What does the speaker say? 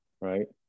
right